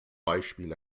beispiel